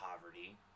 poverty